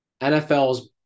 NFL's